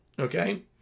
Okay